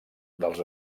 dels